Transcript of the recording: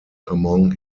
among